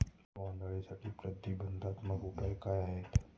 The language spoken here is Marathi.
बोंडअळीसाठी प्रतिबंधात्मक उपाय काय आहेत?